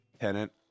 Tenant